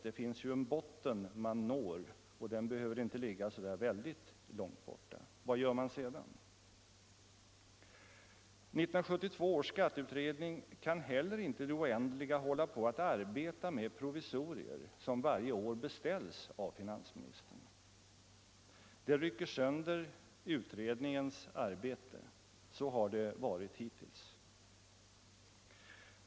Det finns ju en botten, och det behöver inte vara långt kvar innan vi når den. Vad gör man sedan? 1972 års skatteutredning kan inte heller i det oändliga arbeta med provisorier, som varje år beställs av finansministern. Det rycker sönder utredningens arbete. Så har det varit hittills.